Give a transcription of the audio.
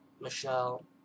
Michelle